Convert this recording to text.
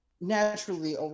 Naturally